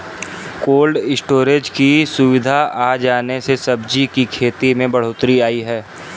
cold storage की सुविधा आ जाने से सब्जी की खेती में बढ़ोत्तरी आई है